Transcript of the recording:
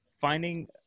finding